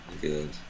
Good